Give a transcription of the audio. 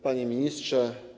Panie Ministrze!